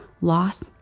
loss